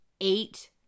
eight